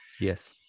Yes